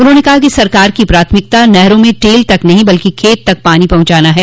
उन्होंने कहा है कि सरकार की प्राथमिकता नहरों में टेल तक नहीं बल्कि खेत तक पानी पहुंचाना है